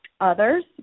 others